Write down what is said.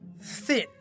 thin